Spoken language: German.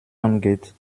angeht